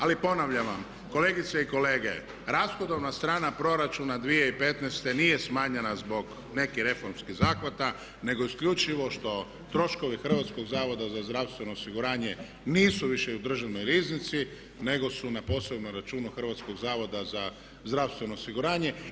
Ali ponavljam vam kolegice i kolege, rashodovna strana proračuna 2015. nije smanjena zbog nekih reformskih zahvata nego isključivo što troškovi Hrvatskog zavoda za zdravstveno osiguranje nisu više u Državnoj riznici, nego su na posebnom računu Hrvatskog zavoda za zdravstveno osiguranje.